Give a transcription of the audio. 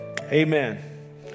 Amen